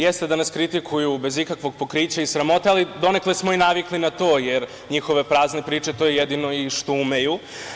Jeste da nas kritikuju bez ikakvog pokrića i sramote, ali, donekle smo i navikli na to, jer njihove prazne priče jesu jedino što umeju.